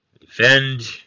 defend